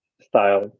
style